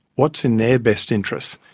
what's in their best interests?